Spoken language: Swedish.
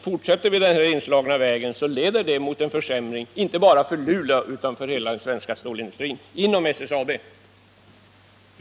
Fortsätter vi på den inslagna vägen leder det mot en försämring inte bara för Luleå utan för hela den svenska stålindustrin inom SSAB.